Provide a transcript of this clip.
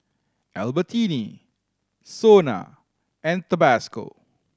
Albertini SONA and Tabasco